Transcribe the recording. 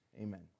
Amen